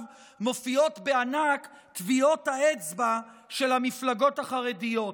מופיעות בענק טביעות האצבע של המפלגות החרדיות.